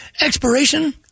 Expiration